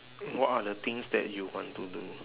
what are the things that you want to do